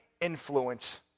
influence